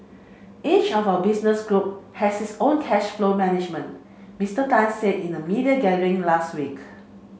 each of our business group has its own cash flow management Mister Tan said in a media gathering last week